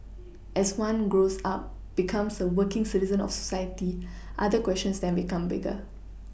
as one grows up becomes a working citizen of society other questions then become bigger